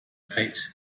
eight